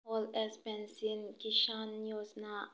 all age pension ꯀꯤꯁꯥꯟ ꯌꯣꯖꯥꯅꯥ